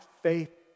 faith